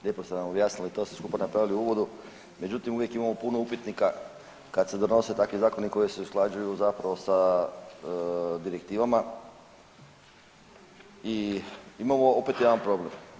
Lijepo ste nam objasnili to sve skupa napravili u uvodu, međutim uvijek imamo puno upitnika kad se donose takvi zakoni koji se usklađuju sa direktivama i imamo opet jedan problem.